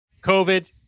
COVID